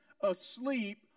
asleep